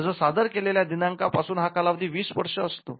अर्ज सादर केलेल्या दिनांकापासून हा कालावधी वीस वर्ष असतो